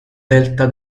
delta